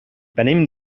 venim